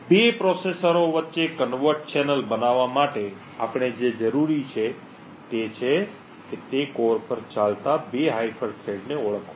2 પ્રોસેસરો વચ્ચે convert channel બનાવવા માટે આપણે જે જરૂરી છે તે છે તે જ કોર પર ચાલતા 2 હાયપર થ્રેડ ને ઓળખવા